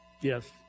Yes